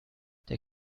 der